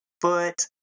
foot